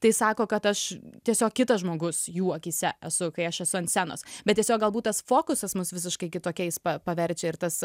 tai sako kad aš tiesiog kitas žmogus jų akyse esu kai aš esu ant scenos bet tiesiog galbūt tas fokusas mus visiškai kitokiais paverčia ir tas